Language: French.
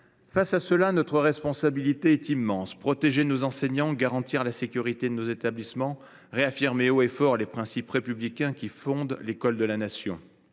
d’alarme, notre responsabilité est immense. Protéger nos enseignants, garantir la sécurité de nos établissements et réaffirmer haut et fort les principes républicains qui fondent l’école de la Nation